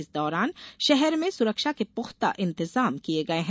इस दौरान शहर में सुरक्षा के पुख्ता इंतजाम किये गये हैं